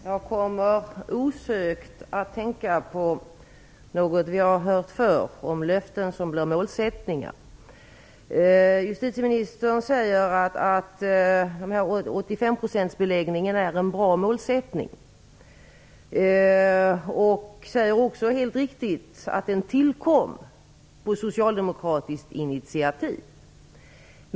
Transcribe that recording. Fru talman! Osökt kom jag att tänka på något som vi har hört förr - löften som blev målsättningar. Justitieministern säger att 85 procentsbeläggningen är en bra målsättning. Vidare säger hon, helt riktigt, att den tillkom på socialdemokratiskt initiativ.